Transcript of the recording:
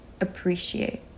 appreciate